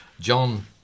John